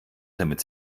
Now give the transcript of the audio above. damit